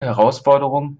herausforderung